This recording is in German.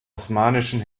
osmanischen